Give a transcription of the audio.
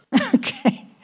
okay